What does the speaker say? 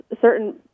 certain